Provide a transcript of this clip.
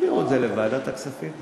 תעבירו את זה לוועדת הכספים.